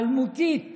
האלמותית